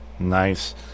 Nice